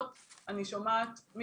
אני מתכבדת לפתוח את ישיבת ועדת הבריאות.